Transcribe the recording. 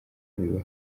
biba